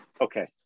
Okay